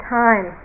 time